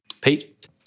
Pete